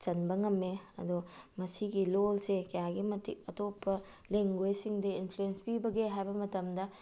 ꯆꯟꯕ ꯉꯝꯃꯦ ꯑꯗꯣ ꯃꯁꯤꯒꯤ ꯂꯣꯜꯁꯦ ꯀꯌꯥꯒꯤ ꯃꯇꯤꯛ ꯑꯇꯣꯞꯄ ꯂꯦꯡꯒ꯭ꯋꯦꯁꯁꯤꯡꯗ ꯏꯟꯐ꯭ꯂꯨꯌꯦꯟꯁ ꯄꯤꯕꯒꯦ ꯍꯥꯏꯕ ꯃꯇꯝꯗ